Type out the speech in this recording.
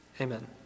Amen